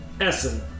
Essen